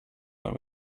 when